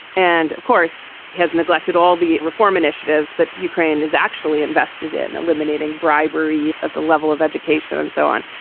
and of course, he has neglected all the reform initiatives that ukraine is actually invested in, eliminating bribery at the level of education and so on.